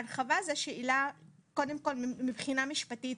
קודם כל מבחינה משפטית